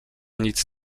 nic